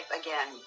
again